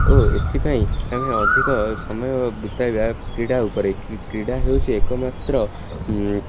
ଓ ଏଥିପାଇଁ ଆମେ ଅଧିକ ସମୟ ବିତାଇବା କ୍ରୀଡ଼ା ଉପରେ କ୍ରୀ କ୍ରୀଡ଼ା ହେଉଛି ଏକମାତ୍ର